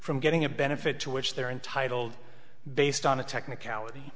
from getting a benefit to which they're entitled based on a technicality